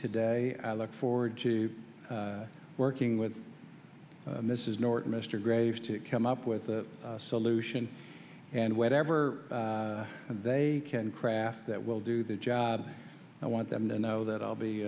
today i look forward to working with mrs norton mr graves to come up with the solution and whatever they can craft that will do the job i want them to know that i'll be